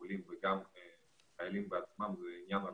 הם מבינים עניין.